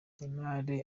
neymar